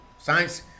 Science